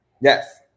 Yes